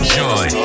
joy